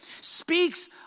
speaks